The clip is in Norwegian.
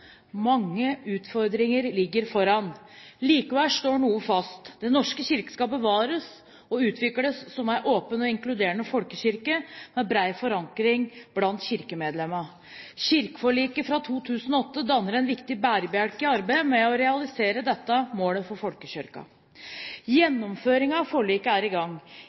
mange utfordringer ligger foran. Likevel står noe fast: Den norske kirke skal bevares og utvikles som en åpen og inkluderende folkekirke, med bred forankring blant kirkemedlemmene. Kirkeforliket fra 2008 danner en viktig bærebjelke i arbeidet med å realisere dette målet for folkekirken. Gjennomføringen av forliket er i gang.